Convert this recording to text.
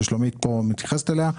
ששלומית מתייחסת אליה,